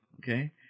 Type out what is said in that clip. okay